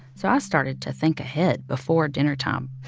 so i started to think ahead before dinnertime.